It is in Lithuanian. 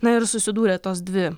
na ir susidūrė tos dvi